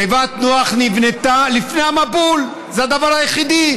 תיבת נוח נבנתה לפני המבול, זה הדבר היחיד.